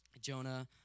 Jonah